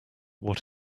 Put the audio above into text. what